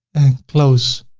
close.